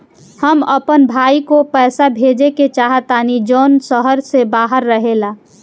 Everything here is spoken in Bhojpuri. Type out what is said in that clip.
हम अपन भाई को पैसा भेजे के चाहतानी जौन शहर से बाहर रहेला